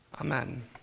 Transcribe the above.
Amen